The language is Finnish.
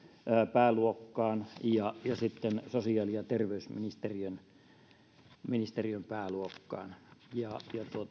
pääluokkaan ja sosiaali ja terveysministeriön pääluokkaan